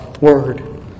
word